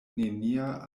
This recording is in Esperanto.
nenia